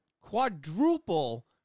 quadruple